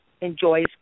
enjoys